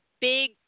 big